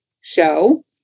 show